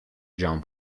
john